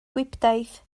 gwibdaith